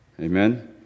Amen